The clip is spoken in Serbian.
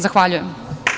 Zahvaljujem.